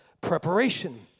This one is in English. preparation